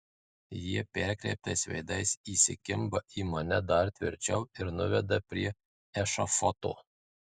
jie perkreiptais veidais įsikimba į mane dar tvirčiau ir nuveda prie ešafoto